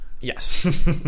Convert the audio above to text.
Yes